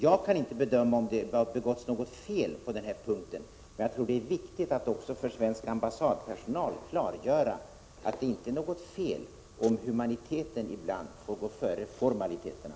Jag kan inte bedöma om det begåtts något fel på denna punkt. Det är viktigt att också för svensk ambassadpersonal klargöra att det inte är något fel om humanitet ibland får gå före formaliteterna.